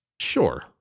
Sure